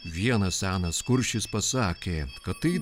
vienas senas kulšis pasakė kad tai